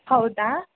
ಹೌದಾ